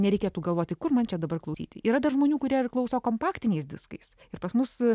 nereikėtų galvoti kur man čia dabar klausyti yra dar žmonių kurie ir klauso kompaktiniais diskais ir pas mus